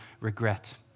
regret